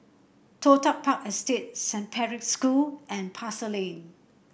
Toh Tuck Park Estate Saint Patrick's School and Pasar Lane